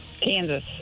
Kansas